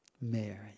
Mary